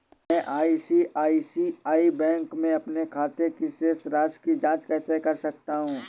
मैं ICICI bank के अपने खाते की शेष राशि की जाँच कैसे कर सकता हूँ?